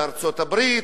בארצות-הברית,